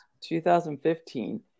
2015